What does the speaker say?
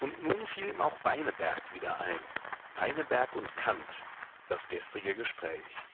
und nun fiel ihm auch beineberg wieder ein beineberg und kant das gestrige gespräch